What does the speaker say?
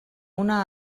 una